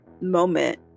moment